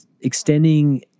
extending